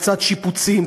קצת שיפוצים,